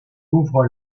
ouvre